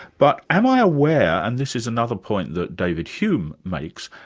but am i aware and this is another point that david hume makes,